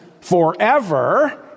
forever